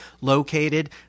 located